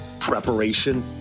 preparation